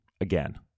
again